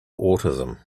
autism